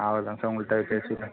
அவர் தான் சார் உங்கள்கிட்ட பேசி